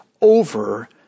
over